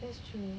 that's true